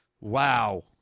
Wow